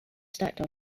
stacked